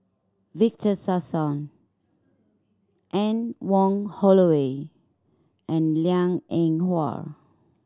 Victor Sassoon Anne Wong Holloway and Liang Eng Hwa